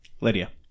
Lydia